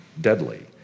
deadly